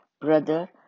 Brother